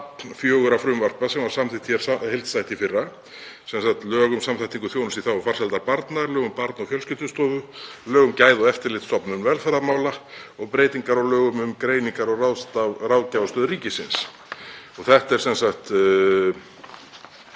fjögurra frumvarpa sem voru samþykkt hér heildstætt í fyrra, sem sagt lög um samþættingu þjónustu í þágu farsældar barna, lög um Barna- og fjölskyldustofu, lög um Gæða- og eftirlitsstofnun velferðarmála og breytingar á lögum um Greiningar- og ráðgjafarstöð ríkisins. Það er formaður